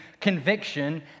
conviction